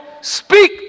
speak